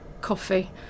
coffee